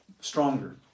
Stronger